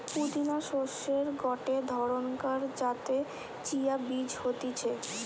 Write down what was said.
পুদিনা শস্যের গটে ধরণকার যাতে চিয়া বীজ হতিছে